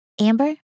Amber